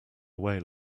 away